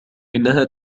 إنها